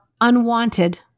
unwanted